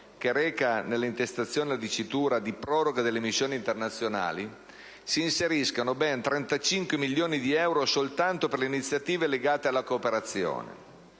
che reca nella intestazione la dicitura di «proroga delle missioni internazionali» si inseriscano ben 35 milioni di euro soltanto per le iniziative legate alla cooperazione.